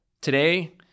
Today